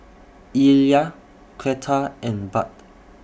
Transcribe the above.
Illya Cleta and Bud